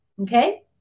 Okay